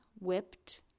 whipped